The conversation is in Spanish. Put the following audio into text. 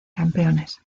campeones